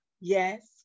Yes